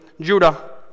Judah